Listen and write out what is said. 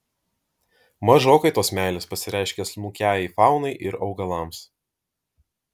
mažokai tos meilės pasireiškia smulkiajai faunai ir augalams